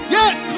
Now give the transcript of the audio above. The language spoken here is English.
Yes